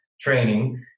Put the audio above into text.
training